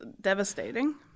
devastating